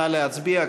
נא להצביע.